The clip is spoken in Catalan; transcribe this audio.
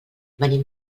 venim